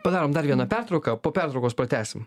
padarom dar vieną pertrauką po pertraukos pratęsim